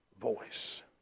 voice